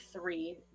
three